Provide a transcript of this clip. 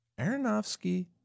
aronofsky